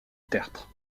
tertre